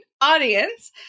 audience